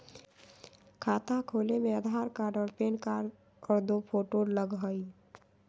खाता खोले में आधार कार्ड और पेन कार्ड और दो फोटो लगहई?